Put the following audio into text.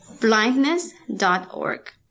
blindness.org